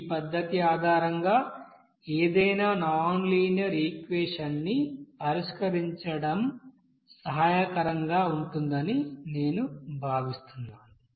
ఈ పద్ధతి ఆధారంగా ఏదైనా నాన్ లీనియర్ ఈక్వెషన్ ని పరిష్కరించడం సహాయకరంగా ఉంటుందని నేను భావిస్తున్నాను